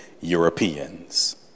Europeans